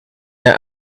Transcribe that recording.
her